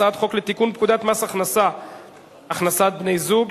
הצעת חוק לתיקון פקודת מס הכנסה (הכנסת בני-זוג),